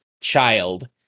child